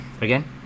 again